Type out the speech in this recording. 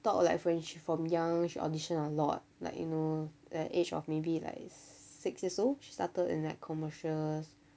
talk like when she from young she audition a lot like you know at the age of maybe like six years old she started in like commercials